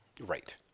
Right